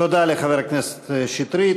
תודה לחבר הכנסת שטרית.